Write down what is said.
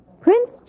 Prince